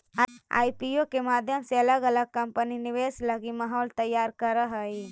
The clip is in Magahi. आईपीओ के माध्यम से अलग अलग कंपनि निवेश लगी माहौल तैयार करऽ हई